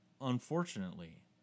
unfortunately